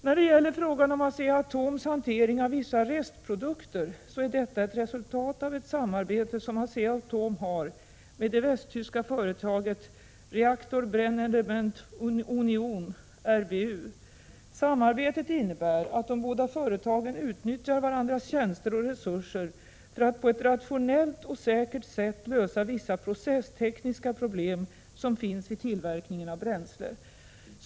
När det gäller frågan om Asea-Atoms hantering av vissa restprodukter så är detta ett resultat av ett samarbete som Asea-Atom har med det västtyska företaget Reaktor Brennelement Union GmbH . Samarbetet innebär att de båda företagen utnyttjar varandras tjänster och resurser för att på ett rationellt och säkert sätt lösa vissa processtekniska problem som finns vid tillverkningen av bränsle.